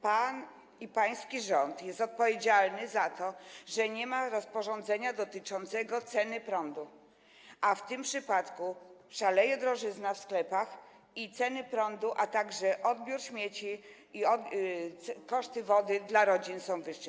Pan, i pański rząd, jest odpowiedzialny za to, że nie ma rozporządzenia dotyczącego ceny prądu, a w tym przypadku szaleje drożyzna w sklepach i ceny prądu, a także koszty odbioru śmieci i koszty wody dla rodzin są wyższe.